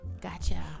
Gotcha